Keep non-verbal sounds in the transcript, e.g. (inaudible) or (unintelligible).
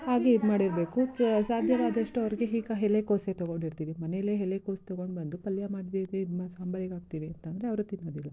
ಹಾಗೆ ಇದು ಮಾಡಿರಬೇಕು ಸಾಧ್ಯವಾದಷ್ಟು ಅವ್ರಿಗೆ ಈಗ ಎಲೆಕೋಸೆ ತಗೊಂಡಿರ್ತೀವಿ ಮನೆಯಲ್ಲೇ ಎಲೆಕೋಸು ತಗೊಂಡುಬಂದು ಪಲ್ಯ ಮಾಡಿದೆ (unintelligible) ಇದು ಮಾ ಸಾಂಬಾರಿಗೆ ಹಾಕ್ತೀವಿ ಅಂತಂದರೆ ಅವರು ತಿನ್ನೋದಿಲ್ಲ